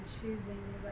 choosing